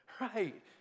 right